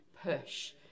push